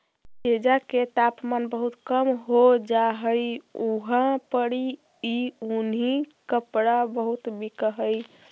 जेजा के तापमान बहुत कम हो जा हई उहाँ पड़ी ई उन्हीं कपड़ा बहुत बिक हई